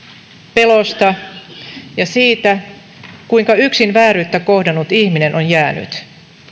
pelosta ja siitä kuinka yksin vääryyttä kohdannut ihminen on jäänyt